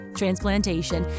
transplantation